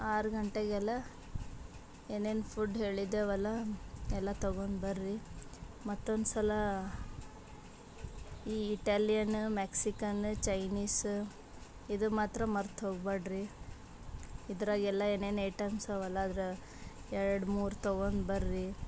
ಆರು ಗಂಟೆಗೆಲ್ಲ ಏನೇನು ಫುಡ್ ಹೇಳಿದೇವಲ್ಲ ಎಲ್ಲ ತಗೊಂಡ್ ಬರ್ರೀ ಮತ್ತೊಂದು ಸಲ ಈ ಇಟಾಲಿಯನ್ ಮ್ಯಾಕ್ಸಿಕನ್ ಚೈನೀಸ್ ಇದು ಮಾತ್ರ ಮರ್ತು ಹೋಗಬ್ಯಾಡ್ರಿ ಇದ್ರಾಗ ಎಲ್ಲ ಏನೇನು ಐಟಮ್ಸ್ ಅವಲ್ಲ ಅದರ ಎರಡು ಮೂರು ತಗೊಂಡ್ ಬರ್ರೀ